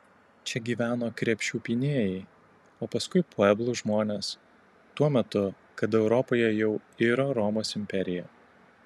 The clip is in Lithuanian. čia gyveno krepšių pynėjai o paskui pueblų žmonės tuo metu kada europoje jau iro romos imperija